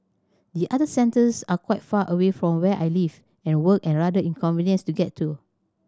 the other centres are quite far away from where I live and work and rather inconvenient to get to